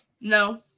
no